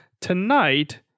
tonight